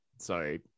Sorry